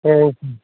okay